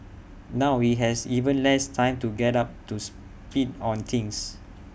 now he has even less time to get up to speed on things